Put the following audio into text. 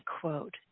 quote